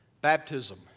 baptism